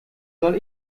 soll